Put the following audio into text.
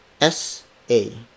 s-a